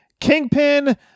kingpin